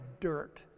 dirt